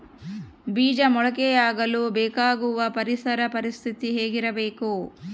ಬೇಜ ಮೊಳಕೆಯಾಗಲು ಬೇಕಾಗುವ ಪರಿಸರ ಪರಿಸ್ಥಿತಿ ಹೇಗಿರಬೇಕು?